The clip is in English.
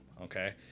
Okay